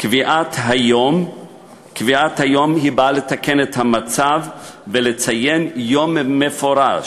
קביעת היום באה לתקן את המצב ולציין יום מפורש,